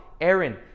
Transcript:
Aaron